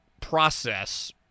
process